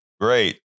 Great